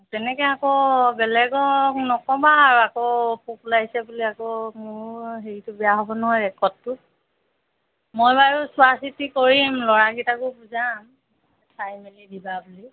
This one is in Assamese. তেনেকৈ আকৌ বেলেগক নক'বা আৰু আকৌ পোক ওলাইছে বুলি আকৌ মোৰ হেৰিটো বেয়া হ'ব নহয় ৰেকৰ্ডটো মই বাৰু চোৱা চিতি কৰিম ল'ৰাকেইটাকো বুজাম চাই মেলি দিবা বুলি